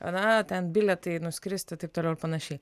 na ten bilietai nuskristi taip toliau ir panašiai